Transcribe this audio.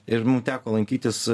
ir mum teko lankytis